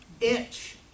inch